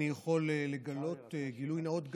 אני יכול לגלות גילוי נאות,